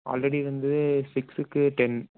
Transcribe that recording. already வந்து சிக்ஸுக்கு ten